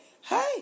Hey